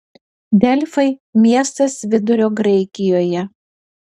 delfai miestas vidurio graikijoje